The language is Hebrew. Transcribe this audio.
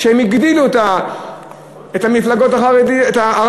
שהם הגבילו את המפלגות הערביות.